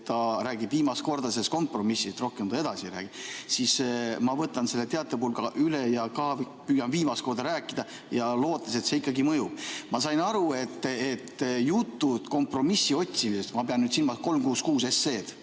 ta räägib viimast korda kompromissist, rohkem ta ei räägi, ma võtan selle teatepulga üle ja püüan ka viimast korda rääkida, lootes, et see ikkagi mõjub. Ma sain aru, et jutud kompromissi otsimisest – ma pean nüüd silmas 366 SE-d